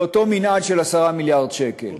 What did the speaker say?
לאותו מנעד של 10 מיליארד שקל.